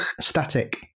static